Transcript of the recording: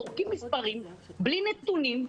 זורקים מספרים בלי נתונים,